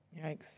Yikes